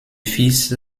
fils